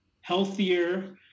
healthier